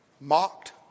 mocked